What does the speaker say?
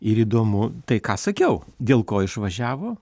ir įdomu tai ką sakiau dėl ko išvažiavo